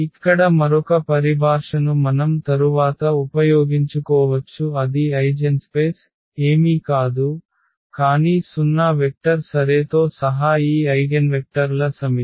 ఇక్కడ మరొక పరిభాషను మనం తరువాత ఉపయోగించుకోవచ్చు అది ఐజెన్స్పేస్ ఏమీ కాదు కానీ 0 వెక్టర్ సరేతో సహా ఈ ఐగెన్వెక్టర్ ల సమితి